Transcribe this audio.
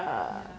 ya